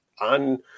on